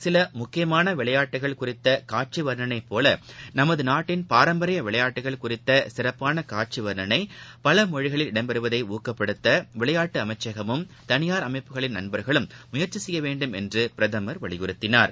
சில முக்கியமான விளையாட்டுகள் குறித்த காட்சி வர்ணனை போல நமது நாட்டின் பாரம்பரிய விளையாட்டுகள் குறித்த சிறப்பாள காட்சி வர்ணனை பல மொழிகளில் இடம்பெறுவதை ஊக்கப்படுத்த விளையாட்டு அமைச்சகமும் தனியார் அமைப்புகளின் நண்பர்களும் முயற்சி சுப்யவேண்டும் என்று பிரதமர் வலியுறுத்தினார்